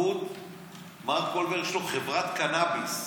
מר קולבר, יש לו חברת קנביס.